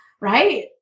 right